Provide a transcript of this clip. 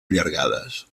allargades